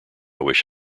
wish